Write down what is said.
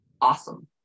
awesome